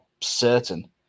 certain